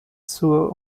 zur